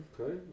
okay